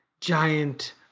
giant